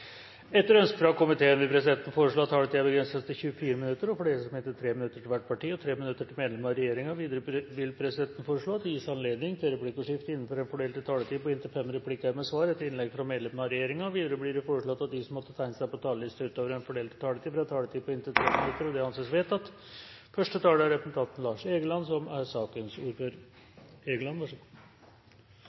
Etter ønske fra familie- og kulturkomiteen vil presidenten foreslå at taletiden begrenses til 40 minutter og fordeles med inntil 5 minutter til hvert parti og inntil 5 minutter til medlem av regjeringen. Videre vil presidenten foreslå at det gis anledning til replikkordskifte på inntil fem replikker med svar etter innlegg fra medlem av regjeringen innenfor den fordelte taletid. Videre blir det foreslått at de som måtte tegne seg på talerlisten utover den fordelte taletid, får en taletid på inntil 3 minutter. – Det anses vedtatt. Første taler er Olemic Thommessen, som får ordet for saksordfører Linda Hofstad Helleland. Linda Hofstad Helleland er